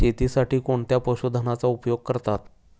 शेतीसाठी कोणत्या पशुधनाचा उपयोग करतात?